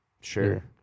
Sure